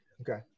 Okay